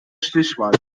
stichwahl